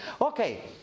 okay